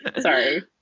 Sorry